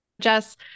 Jess